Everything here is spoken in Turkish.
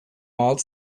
altı